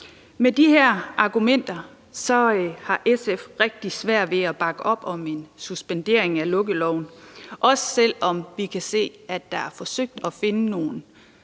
Med de her argumenter har SF rigtig svært ved at bakke op om en suspendering af lukkeloven, også selv om vi kan se, at der er forsøgt at finde nogle